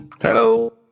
Hello